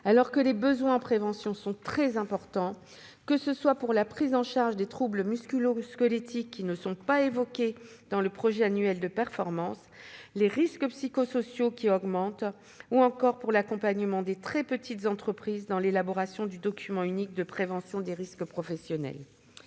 alors que les besoins en prévention sont très importants, que ce soit pour la prise en charge des troubles musculo-squelettiques, qui ne figurent pas dans le projet annuel de performance, pour celle des risques psychosociaux, qui augmentent, ou encore pour l'accompagnement des très petites entreprises dans l'élaboration du document unique d'évaluation des risques professionnels.